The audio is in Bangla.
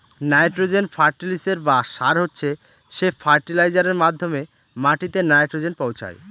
নাইট্রোজেন ফার্টিলিসের বা সার হচ্ছে সে ফার্টিলাইজারের মাধ্যমে মাটিতে নাইট্রোজেন পৌঁছায়